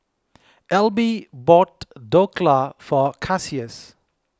Elby bought Dhokla for Cassius